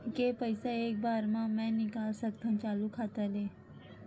के पईसा एक बार मा मैं निकाल सकथव चालू खाता ले?